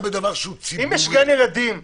בדבר שהוא ציבורי --- אם יש גן ילדים ,